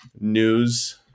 News